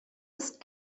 ist